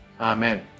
amen